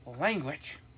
language